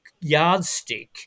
yardstick